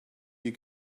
you